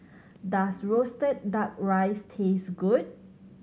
does roasted Duck Rice taste good